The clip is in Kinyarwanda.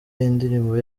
indirimbo